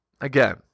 again